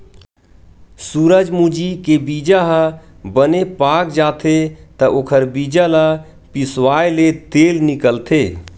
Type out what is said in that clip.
सूरजमूजी के बीजा ह बने पाक जाथे त ओखर बीजा ल पिसवाएले तेल निकलथे